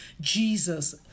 Jesus